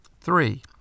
Three